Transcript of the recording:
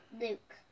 Luke